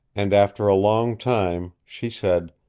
and after a long time, she said.